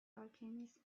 alchemist